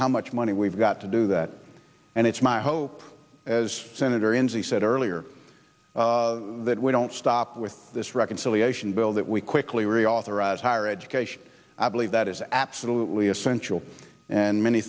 how much money we've got to do that and it's my hope as senator enzi said earlier that we don't stop with this reconciliation bill that we quickly reauthorize higher education i believe that is absolutely essential and many